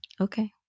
Okay